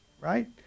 right